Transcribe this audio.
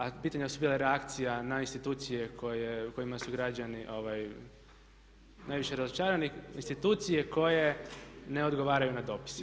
A pitanja su bila reakcija na institucije u kojima su građani najviše razočarani, institucije koje ne odgovaraju na dopise.